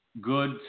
good